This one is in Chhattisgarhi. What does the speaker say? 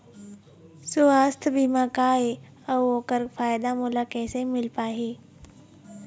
सुवास्थ बीमा का ए अउ ओकर फायदा मोला कैसे मिल पाही?